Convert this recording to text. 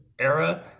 era